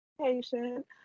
patient